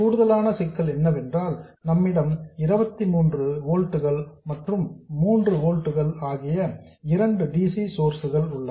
கூடுதலான சிக்கல் என்னவென்றால் நம்மிடம் 23 ஓல்ட்ஸ் மற்றும் 3 ஓல்ட்ஸ் ஆகிய இரண்டு dc சோர்ஸ்ஸ் உள்ளன